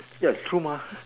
ya it's true mah